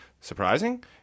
Surprising